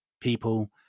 people